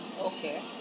Okay